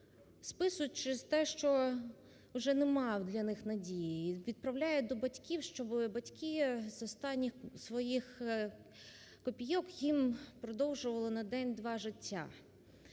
Списують через те, що вже нема для них надії. Відправляють до батьків, щоб батьки з останніх своїх копійок їм продовжували на день-два життя.